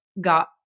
got